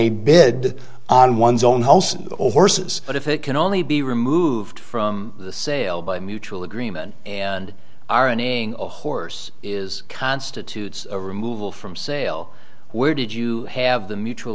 a bid on one's own wholesome orses but if it can only be removed from the sale by mutual agreement and a horse is constitutes a removal from sale where did you have the mutual